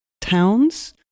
towns